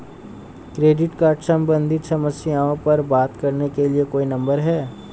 Credit card सम्बंधित समस्याओं पर बात करने के लिए कोई नंबर है?